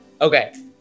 Okay